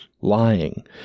lying